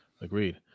Agreed